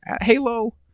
Halo